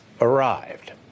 arrived